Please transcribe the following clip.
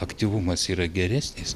aktyvumas yra geresnis